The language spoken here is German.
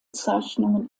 zeichnungen